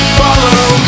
follow